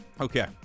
Okay